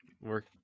Work